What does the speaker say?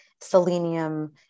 selenium